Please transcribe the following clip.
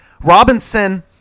Robinson –